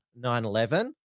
9-11